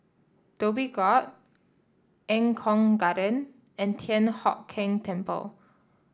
Dhoby Ghaut Eng Kong Garden and Thian Hock Keng Temple